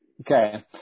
Okay